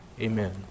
amen